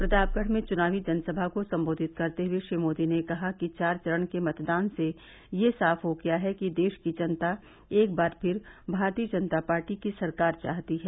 प्रतापगढ़ में चुनावी जनसभा को सम्बोधित करते हये श्री मोदी ने कहा कि चार चरण के मतदान से यह साफ हो गया है कि देश की जनता एक बार फिर भारतीय जनता पार्टी की सरकार चाहती है